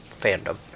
fandom